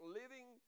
living